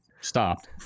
stopped